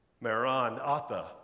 Maranatha